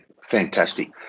fantastic